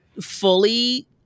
fully